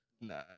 Nah